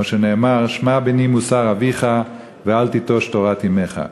כמו שנאמר: "שמע בני מוסר אביך ואל תִטֹש תורת אמך".